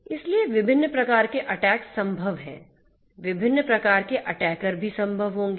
इसलिए विभिन्न प्रकार के अटैक संभव हैं विभिन्न प्रकार के अटैकर भी संभव होंगे